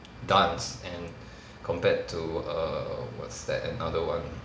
dance and compared to err what's that another one